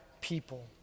people